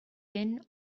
been